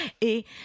Et